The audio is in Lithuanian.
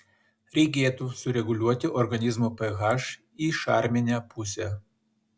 reikėtų sureguliuoti organizmo ph į šarminę pusę